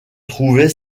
trouvait